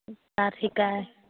তাঁত শিকাই